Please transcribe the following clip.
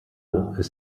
ist